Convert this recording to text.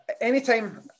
anytime